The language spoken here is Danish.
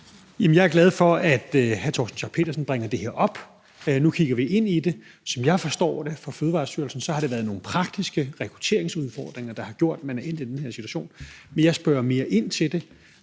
Jeg er glad for, at hr. Torsten Schack Pedersen bringer det her op. Nu kigger vi ind i det, og som jeg forstår det fra Fødevarestyrelsen, har det været nogle praktiske rekrutteringsudfordringer, der har gjort, at man er endt i den her situation. Men jeg spørger mere ind til det.